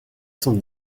cent